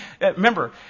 Remember